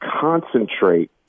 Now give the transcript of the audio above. concentrate